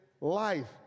life